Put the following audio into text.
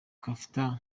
gafirita